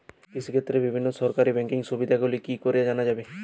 কৃষিক্ষেত্রে বিভিন্ন সরকারি ব্যকিং সুবিধাগুলি কি করে জানা যাবে?